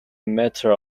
meter